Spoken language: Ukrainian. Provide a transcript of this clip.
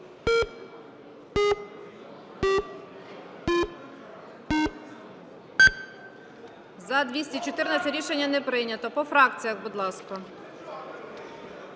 За-214 Рішення не прийнято. По фракціях, будь ласка.